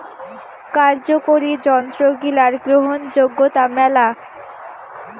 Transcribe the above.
কার্যকরি যন্ত্রগিলার গ্রহণযোগ্যতা মেলা